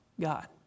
God